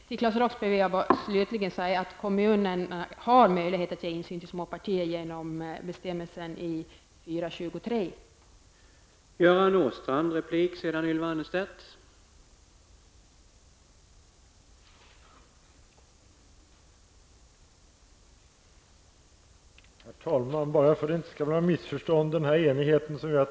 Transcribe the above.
Till Claes Roxbergh vill jag slutligen säga att kommunen har möjlighet att ge insyn för småpartier genom bestämmelsen i 4 kap. 23 §.